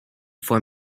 for